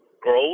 growth